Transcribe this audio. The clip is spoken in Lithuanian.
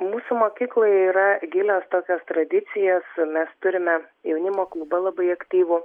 mūsų mokykloje yra gilios tokios tradicijos mes turime jaunimo klubą labai aktyvų